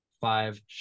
five